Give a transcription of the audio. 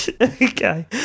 Okay